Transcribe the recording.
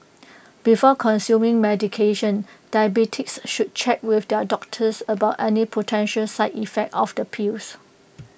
before consuming medication diabetics should check with their doctors about any potential side effects of the pills